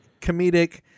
comedic